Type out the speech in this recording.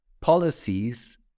policies